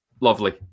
lovely